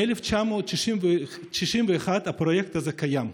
מ-1961 הפרויקט הזה קיים,